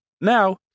Now